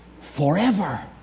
forever